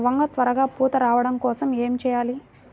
వంగ త్వరగా పూత రావడం కోసం ఏమి చెయ్యాలి?